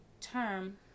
term